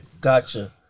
Gotcha